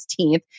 16th